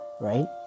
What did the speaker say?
right